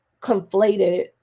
conflated